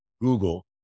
Google